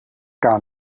gar